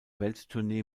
welttournee